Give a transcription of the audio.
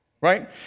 right